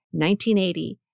1980